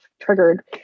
triggered